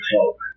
cloak